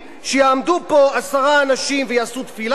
שיעמדו בו עשרה אנשים ויעשו תפילה,